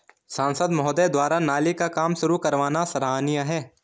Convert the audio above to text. सांसद महोदय द्वारा नाली का काम शुरू करवाना सराहनीय है